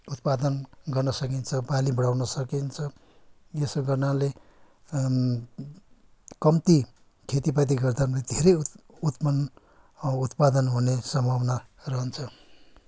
उत्पादन गर्न सकिन्छ बाली बढाउन सकिन्छ यसो गर्नाले कम्ती खेतीपाती गर्दा पनि धेरै उत उत्पन उत्पादन हुने सम्भावना रहन्छ